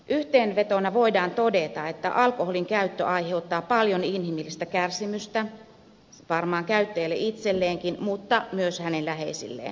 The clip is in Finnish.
yhteenvetona voidaan todeta että alkoholinkäyttö aiheuttaa paljon inhimillistä kärsimystä varmaan käyttäjälle itselleenkin mutta myös hänen läheisilleen